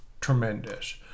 tremendous